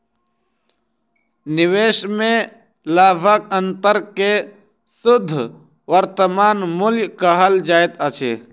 निवेश में लाभक अंतर के शुद्ध वर्तमान मूल्य कहल जाइत अछि